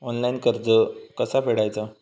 Online कर्ज कसा फेडायचा?